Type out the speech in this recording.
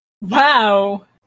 Wow